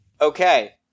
Okay